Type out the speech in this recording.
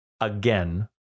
again